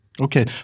Okay